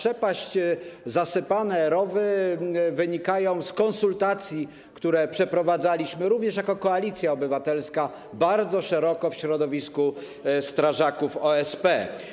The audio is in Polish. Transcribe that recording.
Zasypane rowy wynikają z konsultacji, które przeprowadzaliśmy, również jako Koalicja Obywatelska, bardzo szeroko w środowisku strażaków OSP.